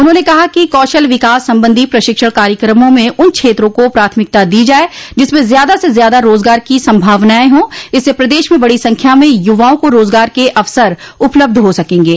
उन्होंने कहा कि कौशल विकास संबंधी प्रशिक्षण कार्यक्रमों में उन क्षेत्रों को प्राथमिकता दी जाये जिसमें ज्यादा से ज्यादा रोजगार की संभावनाएं हो इससे प्रदेश में बड़ी संख्या में युवाओं को रोजगार के अवसर उपलब्ध हो सकेंगे